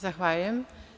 Zahvaljujem.